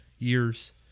years